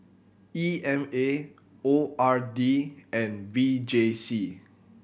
E M A O R D and V J C